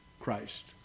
Christ